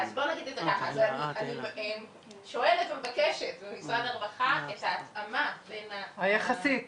אז אני שואלת ומבקשת ממשרד הרווחה את ההתאמה היחסית.